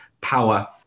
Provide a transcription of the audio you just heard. power